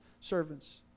servants